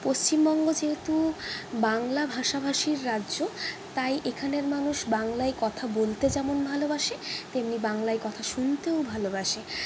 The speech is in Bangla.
পশ্চিমবঙ্গ যেহেতু বাংলা ভাষাভাষীর রাজ্য তাই এখানের মানুষ বাংলায় কথা বলতে যেমন ভালোবাসে তেমনি বাংলায় কথা শুনতেও ভালোবাসে